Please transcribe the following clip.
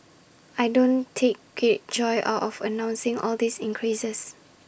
I don't take great joy out of announcing all these increases